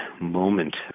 moment